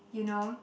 you know